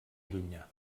llunyà